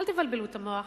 אל תבלבלו את המוח,